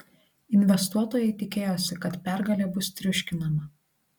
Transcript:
investuotojai tikėjosi kad pergalė bus triuškinama